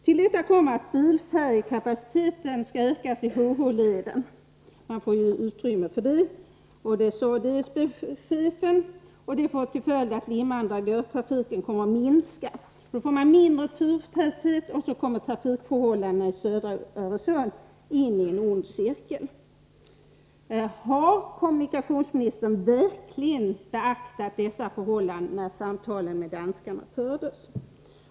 Till detta kommer att bilfärjekapaciteten skall ökas i H-H-leden. Man får ju utrymme för det, har DSB-chefen sagt. Det får till följd att Limhamn-— Dragör-trafiken kommer att minska. Då får man mindre turtäthet, och så kommer trafikförhållandena i södra Öresund in i en ond cirkel. Har kommunikationsministern verkligen beaktat dessa förhållanden när samtalen med danskarna fördes?